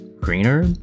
Greener